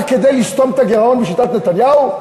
רק כדי לסתום את הגירעון בשיטת נתניהו?